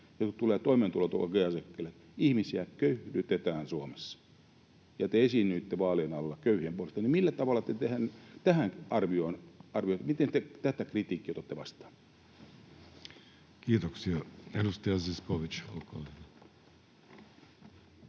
jotka tulevat toimeentulotukiasiakkaille. Ihmisiä köyhdytetään Suomessa. Kun te esiinnyitte vaalien alla köyhien puolesta, niin millä tavalla arvioitte, miten te tätä kritiikkiä otatte vastaan? Kiitoksia. — Edustaja Zyskowicz, olkaa